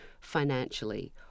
financially